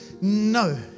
No